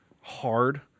hard